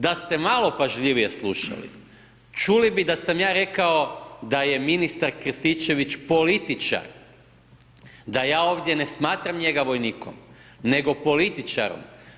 Da ste malo pažljivije slušali, čuli bi da sam ja rekao da je ministar Krstičević političar, da ja ovdje ne smatram njega vojnikom nego političarom.